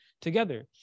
together